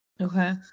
Okay